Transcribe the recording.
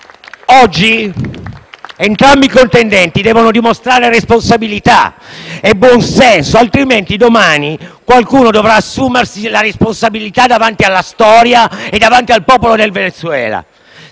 Oggi entrambi i contendenti devono dimostrare responsabilità e buon senso, altrimenti domani qualcuno dovrà assumersene le responsabilità davanti alla storia e al popolo del Venezuela.